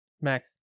Max